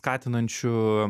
skatinančių